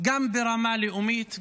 גם ברמה הלאומית,